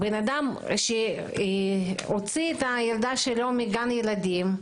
בן אדם הוציא את הילדה שלו מגן ילדים,